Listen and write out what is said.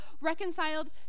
reconciled